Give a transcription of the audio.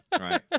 right